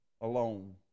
alone